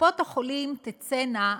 קופות-החולים תצאנה,